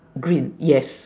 green yes